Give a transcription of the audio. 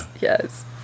Yes